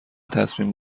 تصمیم